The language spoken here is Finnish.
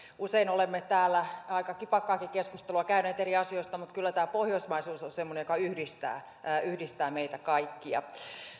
usein olemme täällä aika kipakkaakin keskustelua käyneet eri asioista mutta kyllä tämä pohjoismaisuus on semmoinen joka yhdistää yhdistää meitä kaikkia